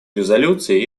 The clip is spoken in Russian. резолюции